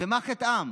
ומה חטאן?